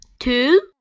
Two